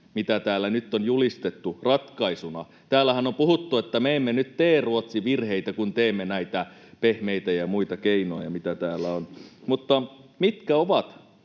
mitä täällä nyt on julistettu ratkaisuna. Täällähän on puhuttu, että me emme nyt tee Ruotsin virheitä, kun teemme näitä pehmeitä ja muita keinoja, mitä täällä on, mutta mitkä ovat